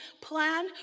plan